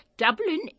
Dublin